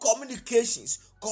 communications